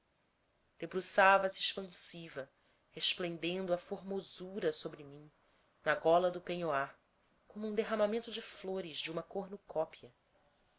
bom debruçava se expansiva resplendendo a formosura sobre mim na gola do peignoir como um derramamento de flores de uma